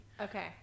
Okay